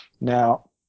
Now